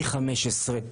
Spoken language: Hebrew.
T15,